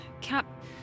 cap